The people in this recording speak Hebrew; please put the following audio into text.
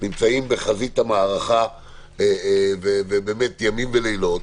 נמצאים בחזית המערכה ימים ולילות,